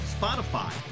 Spotify